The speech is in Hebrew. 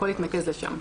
הכול התנקז לשם".